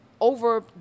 over